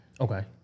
Okay